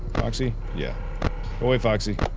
roxy yeah boy a foxy